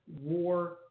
war